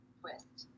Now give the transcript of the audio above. twist